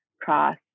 cross